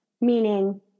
meaning